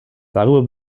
darüber